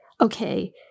okay